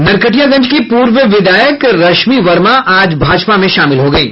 नरकटियागंज की पूर्व विधायक रश्मि वर्मा आज भाजपा में शामिल हो गयी